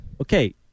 Okay